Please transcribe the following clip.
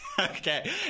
Okay